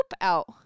out